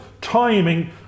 timing